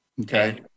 Okay